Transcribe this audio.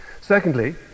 secondly